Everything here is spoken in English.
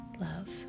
love